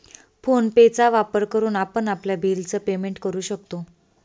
phone पे चा वापर करून आपण आपल्या बिल च पेमेंट करू शकतो